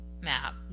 map